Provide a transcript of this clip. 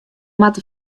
moatte